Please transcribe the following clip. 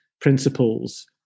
principles